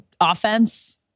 offense